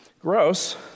Gross